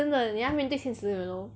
真的你要面对现实 you know